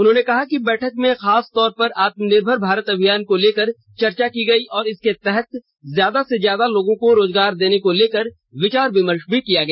उन्होंने कहा कि बैठक में खास तौर पर आत्मनिर्भर भारत अभियान को लेकर चर्चा की गई और इसके तहत ज्यादा से ज्यादा लोगों को रोजगार देने को लेकर विचार विमर्श किया गया